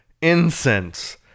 incense